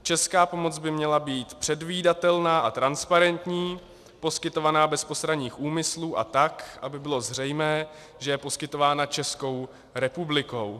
Česká pomoc by měla být předvídatelná a transparentní, poskytovaná bez postranních úmyslů a tak, aby bylo zřejmé, že je poskytována Českou republikou.